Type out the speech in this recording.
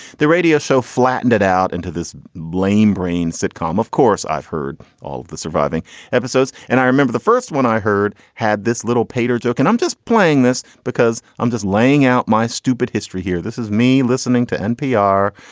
the radio show flattened it out into this lamebrain sitcom, of course. i've heard all the surviving episodes and i remember the first when i heard had this little pater joke. and i'm just playing this because i'm just laying out my stupid history here. this is me listening to npr.